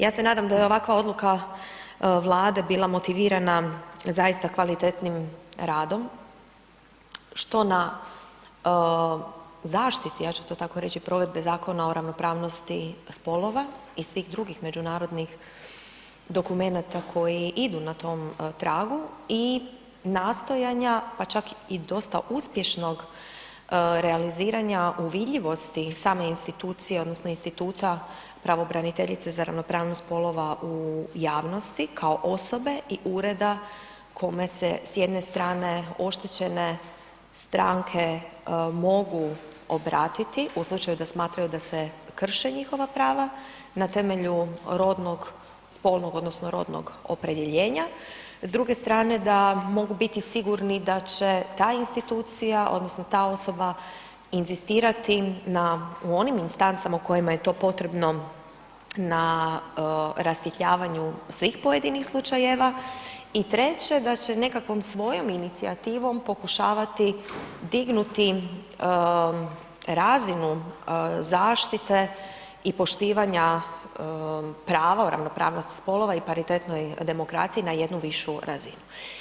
Ja se nadam da je ovakva odluka Vlade bila motivirana zaista kvalitetnim radom, što na zaštiti, ja ću to tako reći, provedbi Zakona o ravnopravnosti spolova i svih drugih međunarodnih dokumenata koji idu na tom tragu i nastojanja, pa čak i dosta uspješnog realiziranja u vidljivosti same institucije odnosno instituta pravobraniteljice za ravnopravnost spolova u javnosti kao osobe i ureda kome se s jedne strane oštećene stranke mogu obratiti u slučaju da smatraju da se krše njihova prava na temelju rodnog, spolnog odnosno rodnog opredjeljenja, s druge strane da mogu biti sigurni da će ta institucija odnosno ta osoba inzistirati na, u onim instancama u kojima je to potrebno na rasvjetljavanju svim pojedinih slučajeva i treće da će nekakvom svojom inicijativom pokušavati dignuti razinu zaštite i poštivanja prava o ravnopravnosti spolova i paritetnoj demokraciji na jednu višu razinu.